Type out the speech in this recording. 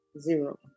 zero